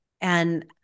and-